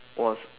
was